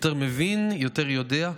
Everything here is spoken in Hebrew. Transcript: יותר מבין, יותר יודע,